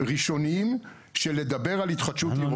ראשונים של לדבר על התחדשות עירונית.